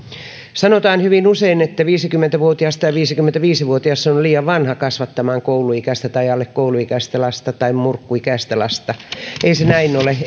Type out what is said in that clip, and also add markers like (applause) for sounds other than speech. sanotaan hyvin usein että viisikymmentä vuotias tai viisikymmentäviisi vuotias on liian vanha kasvattamaan kouluikäistä tai alle kouluikäistä lasta tai murkkuikäistä lasta (unintelligible) ei se näin ole (unintelligible)